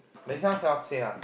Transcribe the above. but this cannot say lah